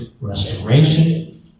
restoration